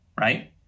right